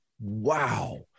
wow